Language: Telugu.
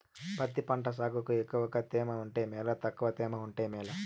పత్తి పంట సాగుకు ఎక్కువగా తేమ ఉంటే మేలా తక్కువ తేమ ఉంటే మేలా?